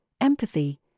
empathy